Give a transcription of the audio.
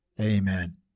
Amen